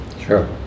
Sure